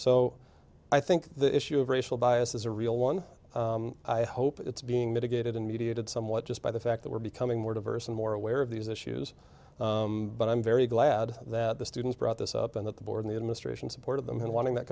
so i think the issue of racial bias is a real one i hope it's being mitigated and mediated somewhat just by the fact that we're becoming more diverse and more aware of these issues but i'm very glad that the students brought this up and that the board and the administration supported them and wanting that